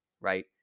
Right